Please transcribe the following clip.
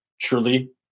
truly